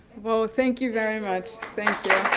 well, thank you very much. thank